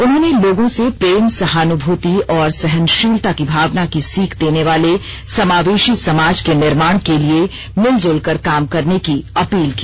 उन्होंने लोर्गो से प्रेम सहानुभूति और सहनशीलता की भावना की सीख देने वाले समावेशी समाज के निर्माण के लिए मिलजुल कर काम करने की अपील की